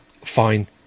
Fine